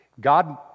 God